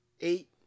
eight